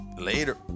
Later